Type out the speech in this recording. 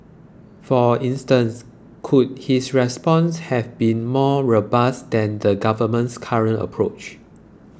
for instance could his response have been more robust than the government's current approach